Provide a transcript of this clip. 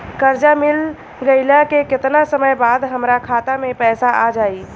कर्जा मिल गईला के केतना समय बाद हमरा खाता मे पैसा आ जायी?